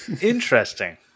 Interesting